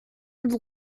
would